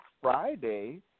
Friday